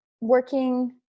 working